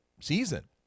season